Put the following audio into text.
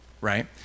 right